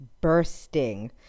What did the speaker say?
Bursting